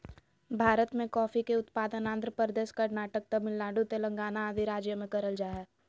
भारत मे कॉफी के उत्पादन आंध्र प्रदेश, कर्नाटक, तमिलनाडु, तेलंगाना आदि राज्य मे करल जा हय